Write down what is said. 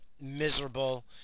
miserable